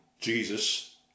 Jesus